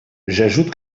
j’ajoute